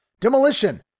Demolition